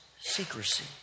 secrecy